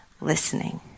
listening